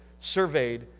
surveyed